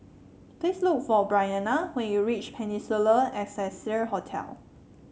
please look for Bryana when you reach Peninsula Excelsior Hotel